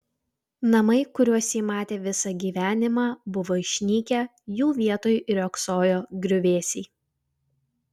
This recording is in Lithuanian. namai kuriuos ji matė visą gyvenimą buvo išnykę jų vietoj riogsojo griuvėsiai